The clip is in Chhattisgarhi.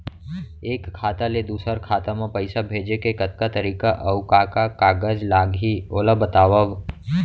एक खाता ले दूसर खाता मा पइसा भेजे के कतका तरीका अऊ का का कागज लागही ओला बतावव?